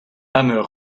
hammer